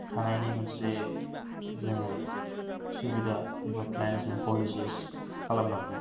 थानायनि मोनसे जोङो सुबिदा एबा प्लेन्स एन्द पलिसिस खालामनांगोन